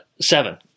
Seven